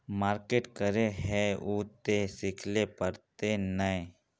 Market करे है उ ते सिखले पड़ते नय?